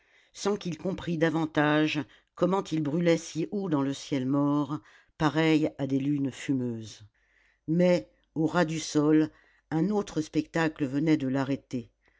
sans qu'il comprît davantage comment ils brûlaient si haut dans le ciel mort pareils à des lunes fumeuses mais au ras du sol un autre spectacle venait de l'arrêter